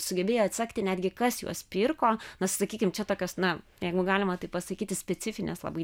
sugebėja atsekti netgi kas juos pirko na sakykim čia tokios na jeigu galima taip pasakyti specifinės labai